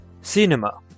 cinema